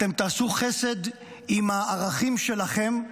אתם תעשו חסד עם הערכים שלכם,